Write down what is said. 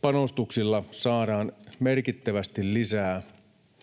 panostuksilla saadaan merkittävästi lisää